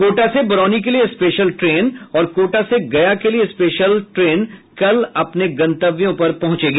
कोटा से बरौनी के लिए स्पेशल ट्रेन और कोटा से गया के लिए स्पेशल कल अपने गन्तव्यों पर पहुंचेगी